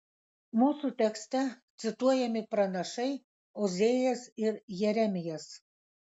mūsų tekste cituojami pranašai ozėjas ir jeremijas